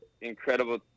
incredible